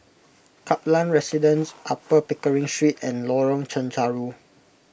Kaplan Residence Upper Pickering Street and Lorong Chencharu